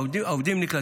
העובדים נקלטים.